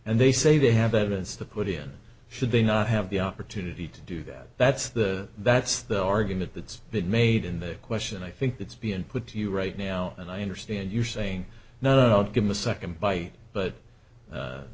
and they say they have evidence to put in should they not have the opportunity to do that that's the that's the argument that's been made in the question i think it's been put to you right now and i understand you're saying no not given a second bite but